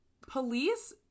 police